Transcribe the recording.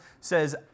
says